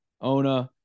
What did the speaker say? Ona